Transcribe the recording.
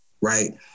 right